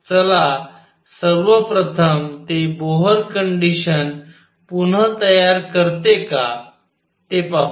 चला सर्वप्रथम ते बोहर कंडिशन पुनः तयार करते का ते पाहू